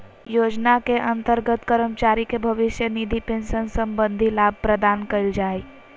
योजना के अंतर्गत कर्मचारी के भविष्य निधि पेंशन संबंधी लाभ प्रदान कइल जा हइ